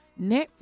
Netflix